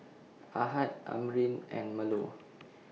Ahad Amrin and Melur